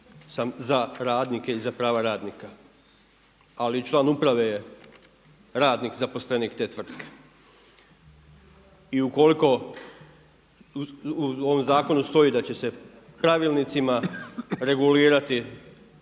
za radnike i za prava radnika. Ali član uprave je radnik zaposlenik te tvrtke i ukoliko u ovom zakonu stoji da će se pravilnicima regulirati